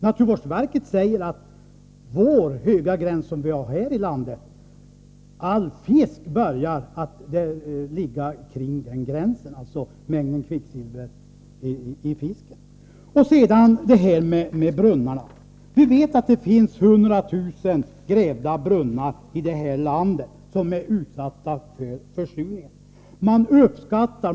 Naturvårdsverket säger att all fisk börjar komma upp i värden som ligger kring den höga gräns vi har här i landet när det gäller mängden kvicksilver i fisk. Sedan till frågan om brunnarna. Vi vet att det finns 100 000 grävda brunnar i det här landet som är utsatta för försurningen.